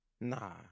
Nah